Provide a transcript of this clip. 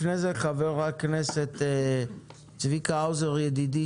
לפני כן חבר הכנסת צביקה האוזר ידידי